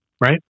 right